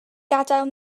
gadael